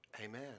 Amen